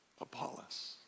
Apollos